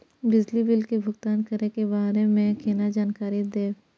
बिजली बिल के भुगतान करै के बारे में केना जानकारी देब?